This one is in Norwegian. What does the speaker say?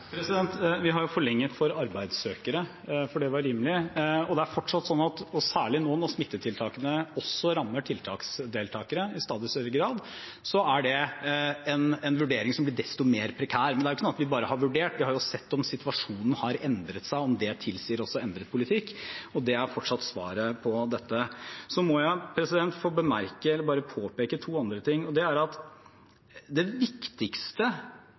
Vi har forlenget for arbeidssøkere, for det var rimelig. Det er fortsatt sånn, og særlig nå når smittetiltakene også rammer tiltaksdeltakere i stadig større grad, er det en vurdering som blir desto mer prekær. Men det er ikke sånn at vi bare har vurdert. Vi har sett om situasjonen har endret seg, om det tilsier endret politikk, og det er fortsatt svaret på dette. Jeg må få bemerke eller bare påpeke to andre ting, og det er at den viktigste